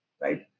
right